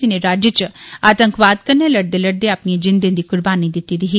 जिनें राज्य च आतंकवाद कन्नै लड़दे होई अपनिए जिंदे दी कुर्बानी दित्ती दी ऐ